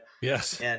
Yes